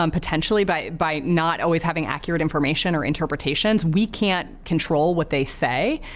um potentially, by by not always having accurate information or interpretations. we can't control what they say.